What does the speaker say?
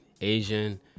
asian